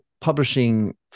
publishing